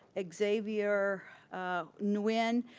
ah xavier nuin.